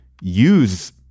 use